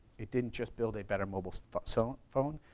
it didn't just build a better mobile so so phone,